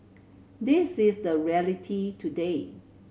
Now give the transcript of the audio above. this is the reality today